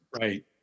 Right